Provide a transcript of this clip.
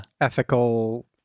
ethical